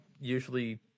usually